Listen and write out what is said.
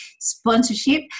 sponsorship